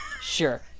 Sure